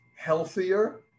healthier